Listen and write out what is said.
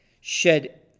Shed